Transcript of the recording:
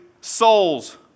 souls